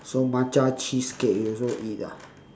so matcha cheesecake you also eat ah